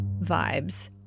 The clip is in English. vibes